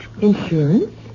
Insurance